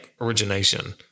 origination-